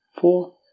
four